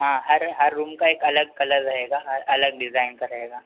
हाँ हर हर रूम का एक अलग कलर रहेगा हर अलग डिज़ाइन का रहेगा